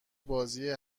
بازی